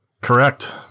Correct